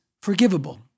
forgivable